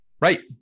Right